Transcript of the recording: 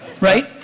Right